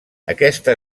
aquesta